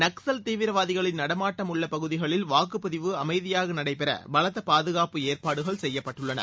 நக்சல் தீவிரவாதிகளின் நடமாட்டம் உள்ள பகுதிகளில் வாக்குப்பதிவு அமைதியாக நடைபெற பலத்த பாதுகாப்பு ஏற்பாடுகள் செய்யப்பட்டுள்ளன